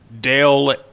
Dale